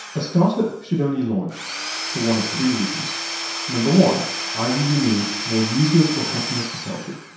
ah startup should only launch for one of three reasons number one, either you need more users or customers to sell to.